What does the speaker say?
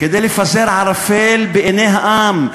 כדי לפזר ערפל בעיני העם,